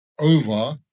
over